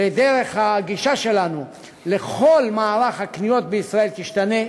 ודרך הגישה שלנו לכל מערך הקניות בישראל תשתנה.